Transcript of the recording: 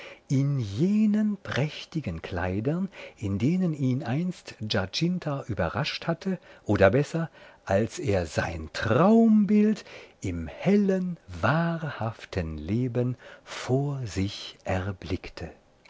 in jenen prächtigen kleidern in denen ihn einst giacinta überrascht hatte oder besser als er sein traumbild im hellen wahrhaften leben vor sich erblickte